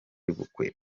y’ubukwe